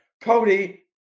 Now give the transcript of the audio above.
Cody